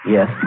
Yes